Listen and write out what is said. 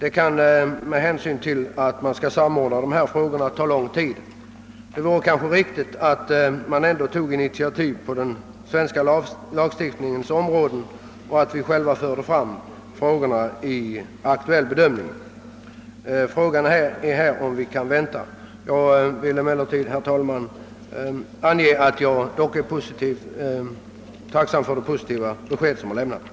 En sådan samordning kan ta lång tid, och det vore kanske ändå bäst att vi själva tog initiativ i den svenska lagstiftningen och förde fram denna fråga till bedömning. Det är tveksamt om vi kan vänta med den saken i avvaktan på arbetet inom Europarådet. : Jag är emellertid tacksam för det positiva besked som nu lämnats.